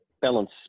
balance